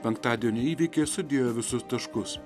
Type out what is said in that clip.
penktadienio įvykiai sudėjo visus taškus